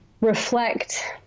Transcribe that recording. reflect